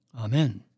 Amen